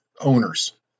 owners